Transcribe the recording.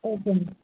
okay மா